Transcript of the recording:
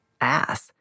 ass